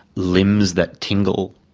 limbs that tingle.